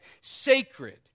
sacred